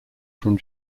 from